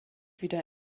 wieder